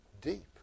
deep